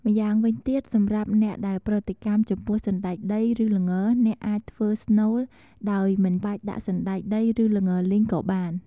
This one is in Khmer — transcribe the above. ម្យ៉ាងវិញទៀត សម្រាប់អ្នកដែលប្រតិកម្មចំពោះសណ្តែកដីឬល្ង អ្នកអាចធ្វើស្នូល ដោយមិនបាច់ដាក់សណ្តែកដី ឬ ល្ងលីងក៏បាន។